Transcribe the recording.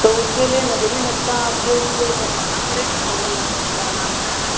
तो ओके लिए नजरिन एतना आपको यहाँ जो है बनवाना पड़ेगा और वो क्या नाम है